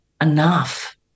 enough